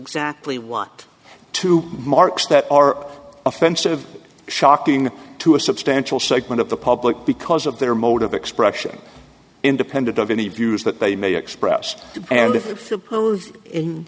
exactly what to mark's that are offensive shocking to a substantial segment of the public because of their mode of expression independent of any views that they may express